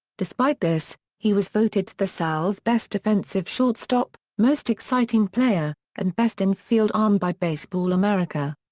despite this, he was voted the sal's best defensive shortstop, most exciting player, and best infield arm by baseball america.